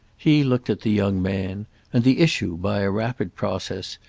he looked at the young man and the issue, by a rapid process,